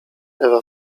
ewa